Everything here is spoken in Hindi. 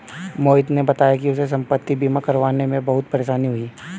मोहित ने बताया कि उसे संपति बीमा करवाने में बहुत परेशानी हुई